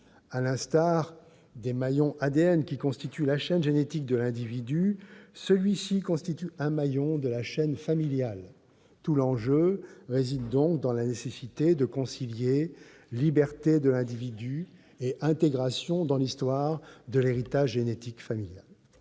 À l'instar des maillons ADN qui constituent la chaîne génétique de l'individu, l'individu constitue un maillon de la chaîne familiale. Tout l'enjeu réside donc dans la nécessité de concilier liberté de l'individu et inscription dans l'histoire de l'héritage génétique familial.